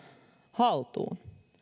haltuun